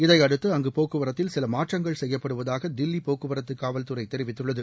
இதையடுத்து அங்கு போக்குவரத்தில் சில மாற்றங்கள் செய்யப்படுவதாக தில்லி போக்குவரத்து காவல்துறை தெரிவித்துள்ளது